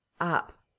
up